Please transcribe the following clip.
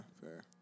fair